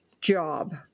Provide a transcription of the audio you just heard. job